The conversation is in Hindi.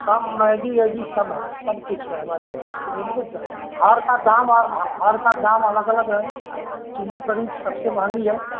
सब मैगी वैगी सब है सब कुछ है हमारे रेस्टोरेंट में जो हर का दाम हर का दाम अलग अलग है चिल्ली पनीर सबसे महंगा है